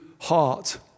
heart